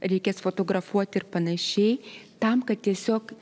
reikės fotografuot ir panašiai tam kad tiesiog